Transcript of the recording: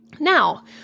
Now